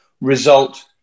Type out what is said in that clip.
result